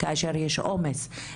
כאשר יש עומס,